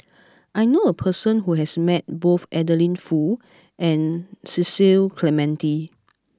I knew a person who has met both Adeline Foo and Cecil Clementi